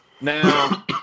now